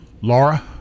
Laura